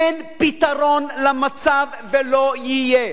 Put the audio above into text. אין פתרון למצב ולא יהיה.